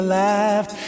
laughed